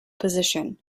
position